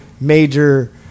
major